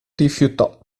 rifiutò